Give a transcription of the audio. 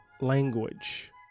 language